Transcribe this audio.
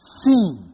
seen